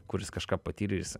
kuris kažką patyrė jis